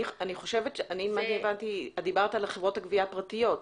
אני הבנתי שאת דיברת על חברות הגבייה הפרטיות.